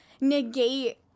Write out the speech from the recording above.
negate